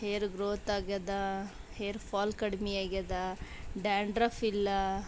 ಹೇರು growth ಆಗಿದೆ hair fall ಕಡ್ಮೆ ಆಗ್ಯದ ಡ್ಯಾಂಡ್ರಫಿಲ್ಲ